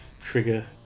trigger